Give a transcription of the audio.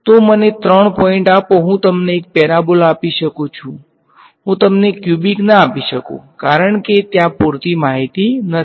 તો મને ત્રણ પોઈન્ટ આપો હું તમને એક પેરાબોલા આપી શકું છું હું તમને ક્યુબીક ના આપી શકુ કારણ કે ત્યાં પૂરતી માહિતી નથી